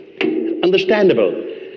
understandable